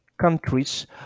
countries